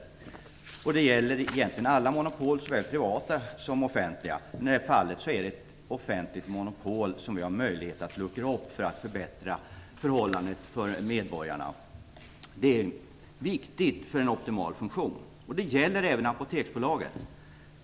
Det gäller egentligen alla monopol, såväl privata som offentliga. I detta fall har vi möjlighet att luckra upp ett offentligt monopol för att förbättra förhållandet för medborgarna. Det är viktigt för en optimal funktion. Det gäller även Apoteksbolaget.